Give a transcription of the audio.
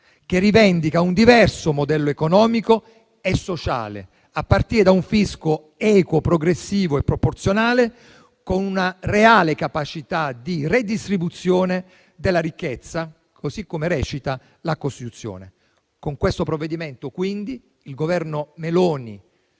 che rivendica un diverso modello economico e sociale, a partire da un fisco equo, progressivo e proporzionale, con una reale capacità di redistribuzione della ricchezza, così come recita la Costituzione. Con questo provvedimento, quindi, il Governo Meloni